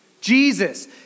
Jesus